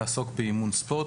לעסוק באימון ספורט,